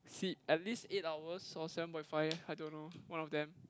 sleep at least eight hours or seven point five I don't know one of them